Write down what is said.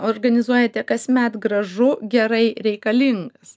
organizuojate kasmet gražu gerai reikalingas